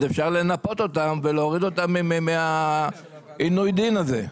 אפשר לנפות אותם ולהוריד אותם מעינוי הדין הזה.